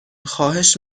خواهش